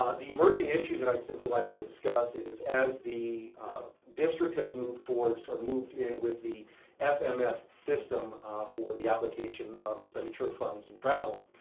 ah the emerging issue that i'd simply like to discuss is as the district has moved towards or moved in with the fms system for the application of expenditure funds and travel,